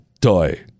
toy